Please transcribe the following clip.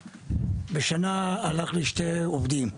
בשנה אחת הלכו לי שני עובדים.